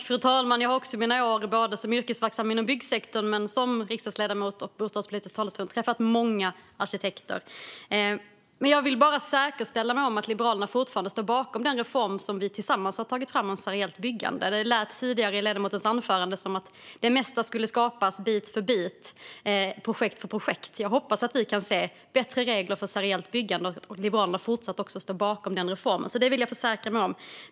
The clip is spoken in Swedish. Fru talman! Jag har också under mina år som yrkesverksam inom byggsektorn och som riksdagsledamot och bostadspolitisk talesperson träffat många arkitekter. Men jag vill bara försäkra mig om att Liberalerna fortfarande står bakom den reform som vi tillsammans har tagit fram om seriellt byggande. Det lät tidigare i ledamotens anförande som att det mesta skulle skapas bit för bit, projekt för projekt. Jag hoppas att vi kan se bättre regler för seriellt byggande och att Liberalerna också fortsatt står bakom den reformen. Det vill jag försäkra mig om.